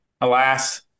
alas